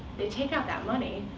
they take out that money.